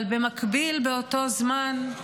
אבל, במקביל, באותו זמן,